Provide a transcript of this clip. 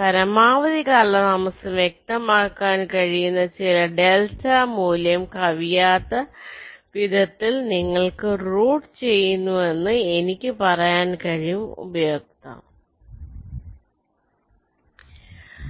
പരമാവധി കാലതാമസം വ്യക്തമാക്കാൻ കഴിയുന്ന ചില ഡെൽറ്റ മൂല്യം കവിയാത്ത വിധത്തിൽ നിങ്ങൾ റൂട്ട് ചെയ്യുന്നുവെന്ന് എനിക്ക് പറയാൻ കഴിയും ഉപയോക്താവ്